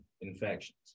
infections